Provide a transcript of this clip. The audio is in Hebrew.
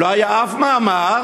לא היה אף מאמר.